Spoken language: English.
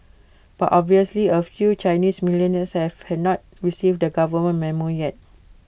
but obviously A few Chinese millionaires have have not receive the government Memo yet